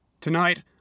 Tonight